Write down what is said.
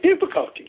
difficulty